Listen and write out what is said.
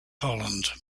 holland